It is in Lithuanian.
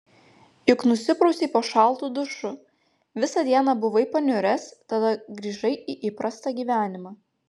juk nusiprausei po šaltu dušu visą dieną buvai paniuręs tada grįžai į įprastą gyvenimą